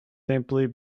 simply